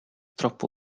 troppo